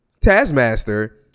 taskmaster